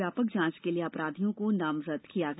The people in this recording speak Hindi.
व्यापक जांच के लिए अपराधियों को नामजद किया गया